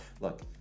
look